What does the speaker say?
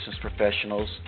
professionals